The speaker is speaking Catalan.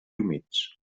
humits